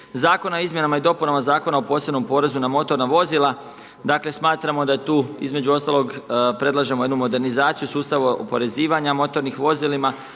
Zakona o izmjenama i dopunama Zakona o posebnom porezu na motorna vozila, dakle, smatramo da je tu između ostalog, predlažemo jednu modernizaciju sustava oporezivanja motornih vozilima,